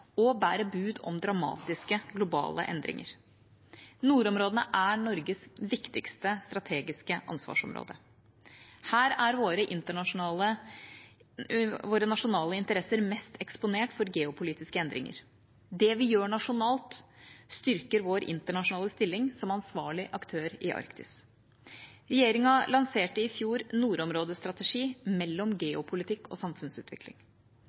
og bærer bud om dramatiske globale endringer. Nordområdene er Norges viktigste strategiske ansvarsområde. Her er våre nasjonale interesser mest eksponert for geopolitiske endringer. Det vi gjør nasjonalt, styrker vår internasjonale stilling som ansvarlig aktør i Arktis. Regjeringa lanserte i fjor «Nordområdestrategi – mellom geopolitikk og samfunnsutvikling».